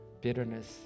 bitterness